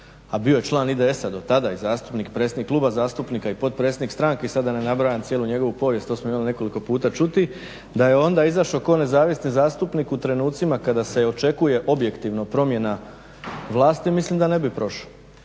a bio je član IDS-a dotada i zastupnik, predstavnik kluba zastupnika i potpredsjednik stranke i sad da ne nabrajam cijelu njegovu povijest to smo imali nekoliko puta čuti da je onda izašao kao nezavisni zastupnik u trenucima kada se očekuje objektivno promjena vlasti mislim da ne bi prošao.